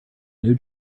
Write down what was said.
new